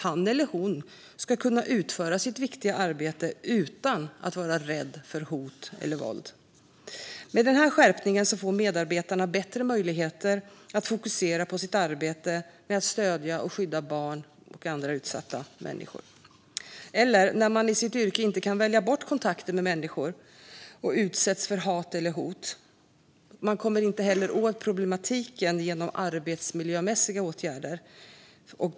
Han eller hon ska kunna utföra sitt viktiga arbete utan att vara rädd för hot eller våld. Med denna skärpning får medarbetarna bättre möjligheter att till exempel fokusera på arbetet med att stödja och skydda barn och andra utsatta människor. Det kan också gälla dem som i sitt yrke inte kan välja bort kontakter med människor och som utsätts för hat eller hot. Man kommer inte åt problematiken genom arbetsmiljömässiga åtgärder.